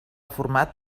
format